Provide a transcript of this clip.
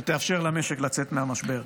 שתאפשר למשק לצאת מהמשבר.